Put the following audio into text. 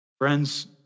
Friends